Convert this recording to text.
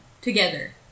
together